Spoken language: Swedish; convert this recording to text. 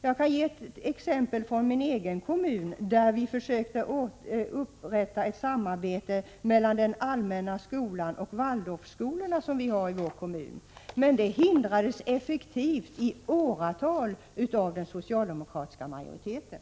Jag kan ge ett exempel från min egen kommun, där vi har försökt upprätta ett samarbete mellan den allmänna skolan och Waldorfskolorna som vi har i kommunen. Det hindrades i åratal effektivt av den socialdemokratiska majoriteten.